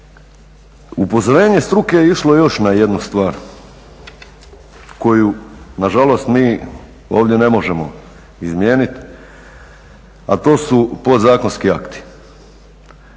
Upozorenje struke je išlo još na jednu stvar koju nažalost mi ovdje ne možemo izmijeniti, a to su podzakonski akti.